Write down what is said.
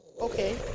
okay